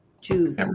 two